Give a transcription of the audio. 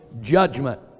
judgment